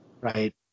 Right